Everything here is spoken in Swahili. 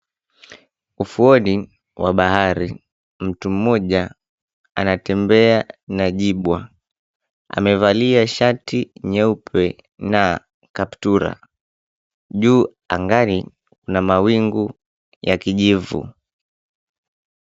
Ufuoni wa bahari mtu mmoja anatembea na jibwa. Amevalia shati nyeupe na kaptura. Juu angani kuna mawingu ya kijivu.